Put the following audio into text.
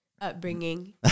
upbringing